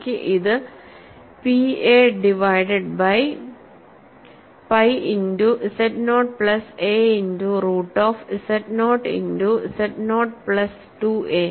എനിക്ക് ഇത് p a divided by pi into z naught plus a into root of z naught into z naught plus 2 A